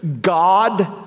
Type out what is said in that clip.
God